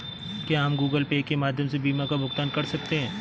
क्या हम Google Pay के माध्यम से बीमा का भुगतान कर सकते हैं?